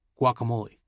guacamole